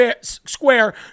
square